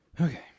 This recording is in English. Okay